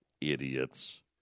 Idiots